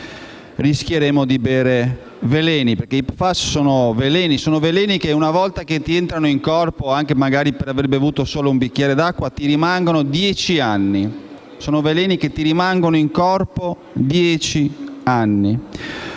rischieremo di bere veleni. I PFAS infatti sono veleni, che una volta che entrano nel corpo, anche magari per aver bevuto solo un bicchiere d'acqua, ci rimangono per dieci anni: sono veleni che rimangono in corpo dieci anni.